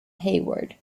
hayward